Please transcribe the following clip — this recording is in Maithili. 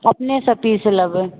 अपनेसॅं पीस लेबै